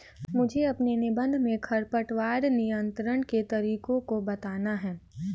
मुझे अपने निबंध में खरपतवार नियंत्रण के तरीकों को बताना है